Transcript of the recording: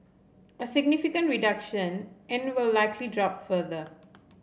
a significant reduction and will likely drop further